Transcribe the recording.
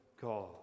God